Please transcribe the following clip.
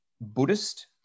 Buddhist